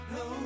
no